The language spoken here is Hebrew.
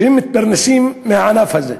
והן מתפרנסות מהענף הזה.